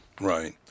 Right